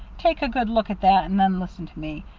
take a good look at that, and then listen to me.